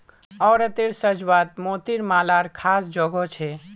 औरतेर साज्वात मोतिर मालार ख़ास जोगो छे